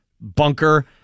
bunker